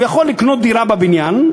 הוא יכול לקנות דירה בבניין,